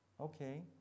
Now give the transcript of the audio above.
okay